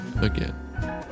again